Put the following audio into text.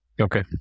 Okay